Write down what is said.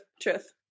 Truth